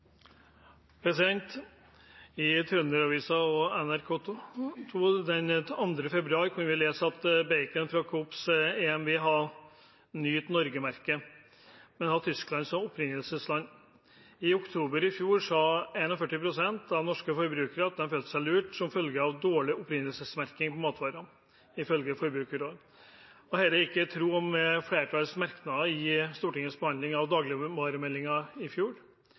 opprinnelsesland. I oktober i fjor sa 41 pst. av norske forbrukere at de følte seg lurt som følge av dårlig opprinnelsesmerking på matvarer, ifølge Forbrukerrådet. Det er ikke i tråd med flertallets merknader i Stortingets behandling av dagligvaremeldingen i fjor.